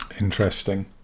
Interesting